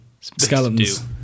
skeletons